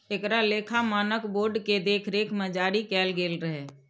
एकरा लेखा मानक बोर्ड के देखरेख मे जारी कैल गेल रहै